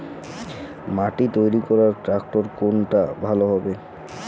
মাটি তৈরি করার ট্রাক্টর কোনটা ভালো হবে?